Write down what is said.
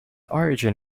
origin